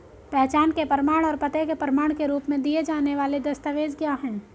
पहचान के प्रमाण और पते के प्रमाण के रूप में दिए जाने वाले दस्तावेज क्या हैं?